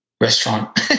restaurant